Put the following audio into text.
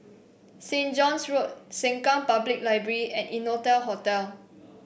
Saint John's Road Sengkang Public Library and Innotel Hotel